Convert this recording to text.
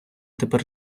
тепер